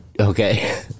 okay